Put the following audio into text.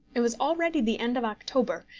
it was already the end of october,